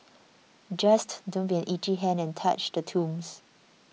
just don't be an itchy hand and touch the tombs